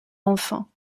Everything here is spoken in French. enfants